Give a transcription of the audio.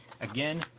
again